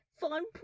fun